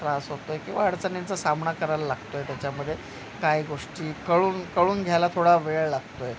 त्रास होतो आहे किंवा अडचणींचा सामना करायला लागतो आहे त्याच्यामध्ये काही गोष्टी कळून कळून घ्यायला थोडा वेळ लागतो आहे